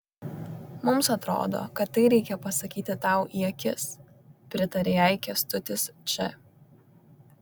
mums atrodo kad tai reikia pasakyti tau į akis pritarė jai kęstutis č